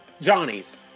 Johnny's